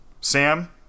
Sam